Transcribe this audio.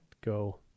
go